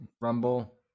Rumble